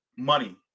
Money